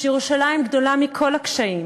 שירושלים גדולה מכל הקשיים,